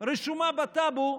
רשומה בטאבו,